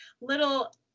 little